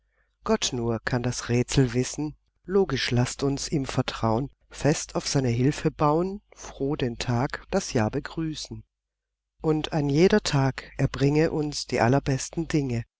gott nur kann das rätsel wissen logisch laßt uns ihm vertrau'n fest auf seine hilfe bau'n froh den tag das jahr begrüßen und ein jeder tag er bringe uns die allerbesten dinge